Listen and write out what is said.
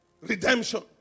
Redemption